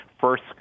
first